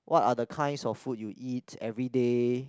what are the kinds of food you eat everyday